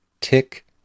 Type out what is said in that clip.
tick